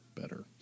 better